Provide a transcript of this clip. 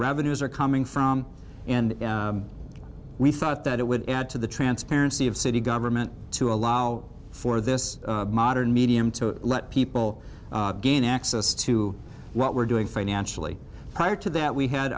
revenues are coming from and we thought that it would add to the transparency of city government to allow for this modern media to let people gain access to what we're doing financially prior to that we had